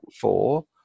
four